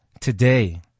today